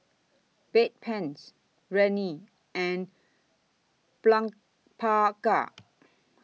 Bedpans Rene and Blephagel